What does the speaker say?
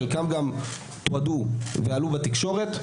חלקם גם תועדו ועלו בתקשורת,